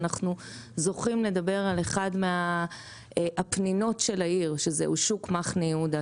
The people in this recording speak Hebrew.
אנחנו זוכים לדבר על אחת מהפנינות של העיר שוק מחנה יהודה.